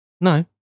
No